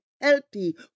healthy